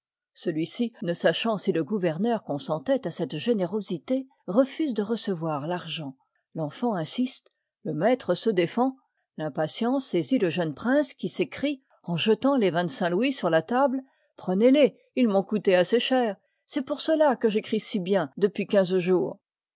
celui-ci ne sachant si le gouverneur consentoit à cette générosité refuse de recevoir l'argent l'enfant insiste le maître se défend l'impatience saisit le jeune prince qui s'écrie en jetant les vingt-cinq louis sur la table prenezles ils m'ont coûté assez cher c'est pour cela que j'écris si bien depuis quinze jours